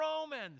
Romans